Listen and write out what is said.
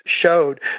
showed